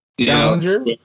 challenger